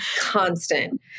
Constant